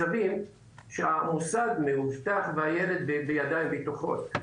שהמוסד מאובטח והילד נמצא בידיים בטוחות.